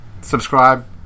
Subscribe